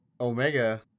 Omega